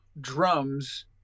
drums